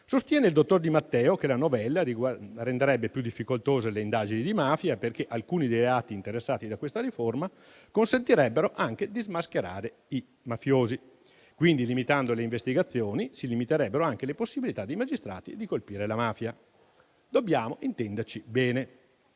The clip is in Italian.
Sostiene il dottor Di Matteo che la novella renderebbe più difficoltose le indagini di mafia, perché alcuni dei reati interessati da questa riforma consentirebbero anche di smascherare i mafiosi, quindi limitando le investigazioni si limiterebbero anche le possibilità dei magistrati di colpire la mafia. Dobbiamo intenderci bene,